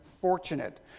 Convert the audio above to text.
fortunate